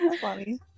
funny